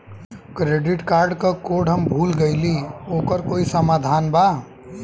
Credit card क code हम भूल गइली ओकर कोई समाधान बा?